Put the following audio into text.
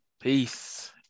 Peace